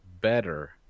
better